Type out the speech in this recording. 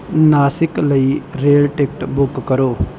ਨਾਸਿਕ ਲਈ rail ticket book ਕਰੋ